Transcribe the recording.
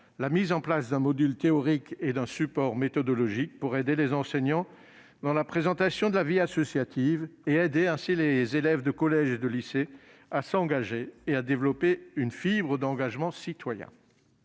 la mise en place d'un module théorique et d'un support méthodologique pour aider les enseignants dans la présentation de la vie associative et aider ainsi les élèves de collège et de lycée à s'engager et à développer une fibre d'engagement citoyen.